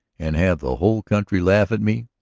and have the whole country laugh at me?